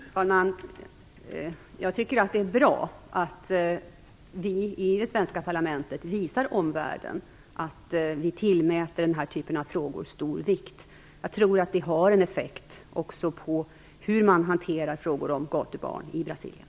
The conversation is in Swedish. Fru talman! Jag tycker att det är bra att vi i det svenska parlamentet visar omvärlden att vi tillmäter den här typen av frågor stor vikt. Jag tror att det har en effekt också på hur man hanterar frågor om gatubarn i Brasilien.